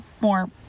more